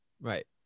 Right